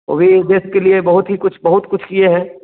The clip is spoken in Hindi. वह भी देश के लिए बहुत कुछ बहुत ही कुछ किए है